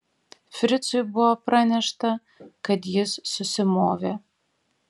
fricui buvo pranešta kad jis susimovė